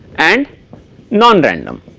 and non random